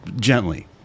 gently